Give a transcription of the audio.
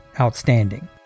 Outstanding